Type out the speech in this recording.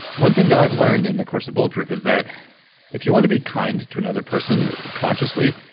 one thing that i've learned in the course of bulletproof is that if you want to be kind to another person consciously,